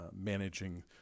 managing